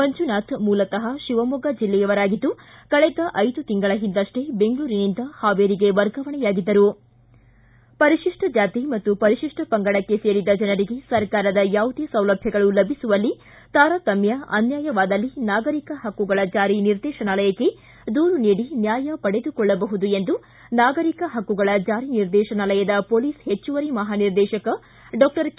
ಮಂಜುನಾಥ್ ಮೂಲತಃ ಶಿವಮೊಗ್ಗ ಜಿಲ್ಲೆಯವರಾಗಿದ್ದು ಕಳೆದ ಐದು ತಿಂಗಳ ಹಿಂದಪ್ಪ ಬೆಂಗಳೂರಿನಿಂದ ಹಾವೇರಿಗೆ ವರ್ಗಾವಣೆಗೊಂಡಿದ್ದರು ಪರಿಶಿಷ್ಟ ಜಾತಿ ಮತ್ತು ಪರಿಶಿಷ್ಟ ಪಂಗಡಕ್ಕೆ ಸೇರಿದ ಜನರಿಗೆ ಸರ್ಕಾರದ ಯಾವುದೇ ಸೌಲಭ್ಯಗಳು ಲಭಿಸುವಲ್ಲಿ ತಾರತಮ್ಯ ಅನ್ಯಾಯವಾದಲ್ಲಿ ನಾಗರೀಕ ಹಕ್ಕುಗಳ ಜಾರಿ ನಿರ್ದೇಶನಾಲಯಕ್ಕೆ ದೂರು ನೀಡಿ ನ್ಯಾಯ ಪಡೆದುಕೊಳ್ಳಬಹುದು ಎಂದು ನಾಗರೀಕ ಹಕ್ಕುಗಳ ಜಾರಿ ನಿರ್ದೇಶನಾಲಯದ ಪೊಲೀಸ್ ಹೆಚ್ಚುವರಿ ಮಹಾನಿರ್ದೇಶಕ ಡಾಕ್ಷರ್ ಕೆ